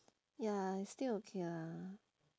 ya I still okay lah